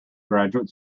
graduate